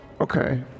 okay